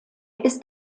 ist